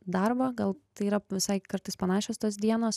darbą gal tai yra visai kartais panašios tos dienos